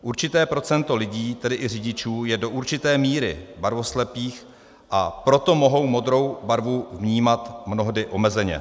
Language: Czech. Určité procento lidí, tedy i řidičů, je do určité míry barvoslepých, a proto mohou modrou barvu vnímat mnohdy omezeně.